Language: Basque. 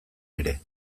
ere